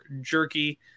jerky